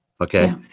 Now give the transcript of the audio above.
Okay